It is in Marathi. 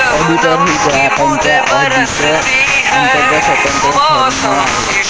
ऑडिटर ही ग्राहकांच्या ऑडिट अंतर्गत स्वतंत्र फर्म आहे